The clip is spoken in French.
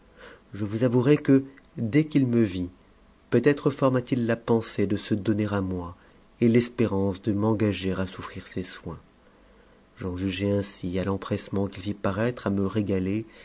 je vous avouerai que dès qu'il me vit peut-être ma t il la ppnsép de se donner moi et l'espérance de m'engager à souffrir ses soins j'en jugeai ainsi à l'empressement qu'il fit parattre a me régaler